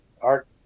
art